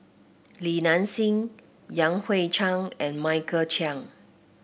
Li Nanxing Yan Hui Chang and Michael Chiang